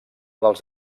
dels